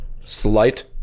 slight